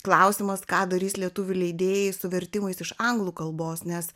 klausimas ką darys lietuvių leidėjai su vertimais iš anglų kalbos nes